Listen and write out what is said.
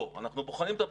לא, אנחנו בוחנים את הפיגום.